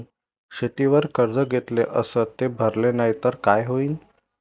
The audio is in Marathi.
शेतीवर कर्ज घेतले अस ते भरले नाही तर काय होईन?